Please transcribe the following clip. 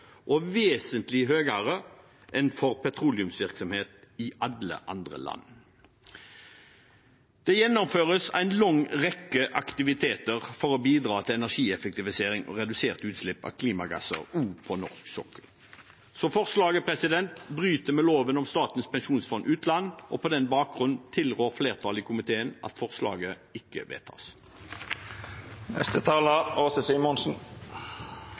og vesentlig større enn for petroleumsvirksomhet i alle andre land. Det gjennomføres en lang rekke aktiviteter for å bidra til energieffektivisering og reduserte utslipp av klimagasser også på norsk sokkel. Forslaget bryter med loven om Statens pensjonsfond, og på den bakgrunn tilrår flertallet i komiteen at forslaget ikke vedtas. Forslag som omhandler tiltak for å